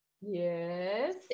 Yes